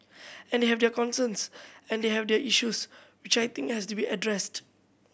and they have their concerns and they have their issues which I think has to be addressed